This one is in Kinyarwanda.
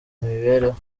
imibereho